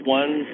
one